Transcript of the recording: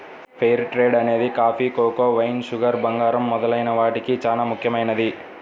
fair trade అనేది coffee, cocoa, wine, sugar, బంగారం మొదలైన వాటికి చానా ముఖ్యమైనది